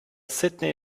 sydney